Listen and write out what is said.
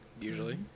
Usually